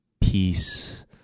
peace